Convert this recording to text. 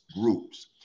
groups